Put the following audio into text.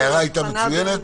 הערה מצוינת.